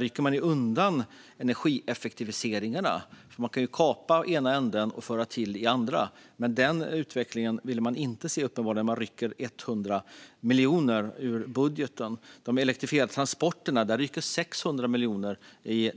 rycker undan energieffektiviseringarna. Man kan kapa i ena änden och lägga till i andra änden. Men den utvecklingen ville man uppenbarligen inte se när man rycker bort 100 miljoner kronor ur budgeten. När det gäller de elektrifierade transporterna rycker man bort 600 miljoner kronor.